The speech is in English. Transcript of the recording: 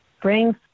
brings